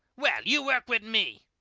well, you work with me.